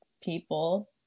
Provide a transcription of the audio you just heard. people